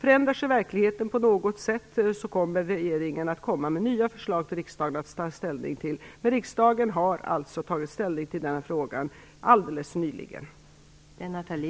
Om verkligheten förändrar sig på något sätt, kommer regeringen att lägga fram nya förslag till riksdagen att ta ställning till. Men riksdagen har alltså alldeles nyligen tagit ställning till denna fråga.